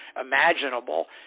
imaginable